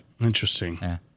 Interesting